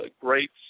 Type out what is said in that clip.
great